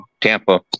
Tampa